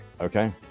Okay